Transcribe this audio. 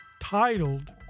titled